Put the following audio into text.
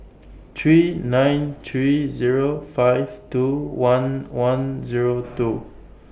three nine three Zero five two one one Zero two